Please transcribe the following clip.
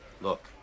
Look